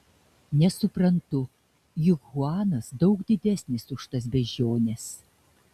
nesuprantu juk chuanas daug didesnis už tas beždžiones